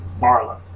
Marla